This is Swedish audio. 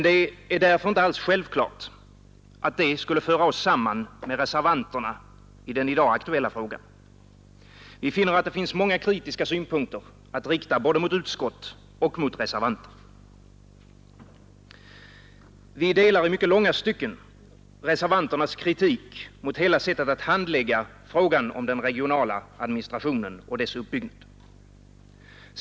Det är därför inte alls självklart att detta skulle föra oss samman med reservanterna i den i dag aktuella frågan. Vi finner att det är många kritiska synpunkter att rikta både mot utskottet och mot reservanterna. Vi delar i mycket långa stycken reservanternas kritik mot hela sättet att handlägga frågan om den regionala administrationen och dess uppbyggnad.